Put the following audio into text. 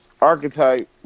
archetype